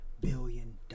billion